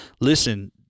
Listen